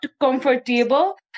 comfortable